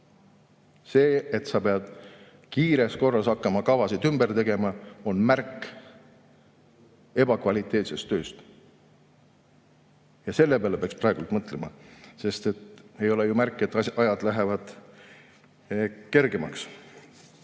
See, et sa pead kiires korras hakkama kavasid ümber tegema, on märk ebakvaliteetsest tööst. Ja selle peale peaks praegu mõtlema, sest ei ole märke, et ajad lähevad kergemaks.